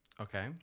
okay